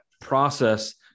process